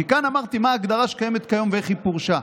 כאן אמרתי מה ההגדרה שקיימת כיום ואיך היא פורשה.